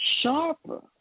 Sharper